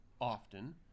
often